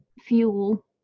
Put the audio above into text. fuel